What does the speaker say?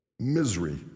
Misery